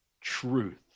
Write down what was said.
truth